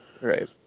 Right